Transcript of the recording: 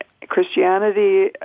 Christianity